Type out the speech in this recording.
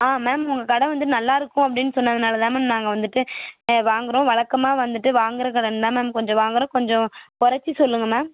ஆ ma'am உங்கள் கடை வந்து நல்லாயிருக்கும் அப்படினு சொன்னதினால தான் மேம் நாங்கள் வந்துவிட்டு வாங்குகிறோம் வழக்கமாக வந்துட்டு வாங்குகிற கடைனு தான் மேம் கொஞ்சம் வாங்குகிறோம் கொஞ்சம் குறச்சு சொல்லுங்க மேம்